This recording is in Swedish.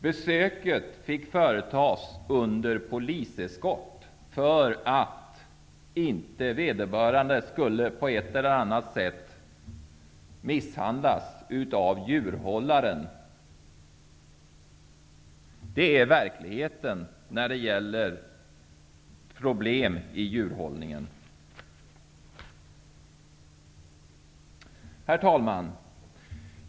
Besöket fick företas under poliseskort för att inte vederbörande skulle misshandlas av djurhållaren. Det är verkligheten bakom problemen i djurhållningen. Herr talman!